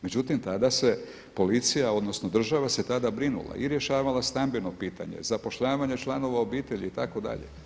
Međutim tada se policija odnosno država se tada brinula i rješavala stambeno pitanje, zapošljavanje članova obitelji itd.